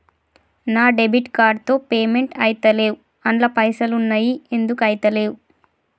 నా debit card తో payment ఐతలేవ్ అండ్ల పైసల్ ఉన్నయి ఎందుకు ఐతలేవ్?